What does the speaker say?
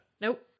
Nope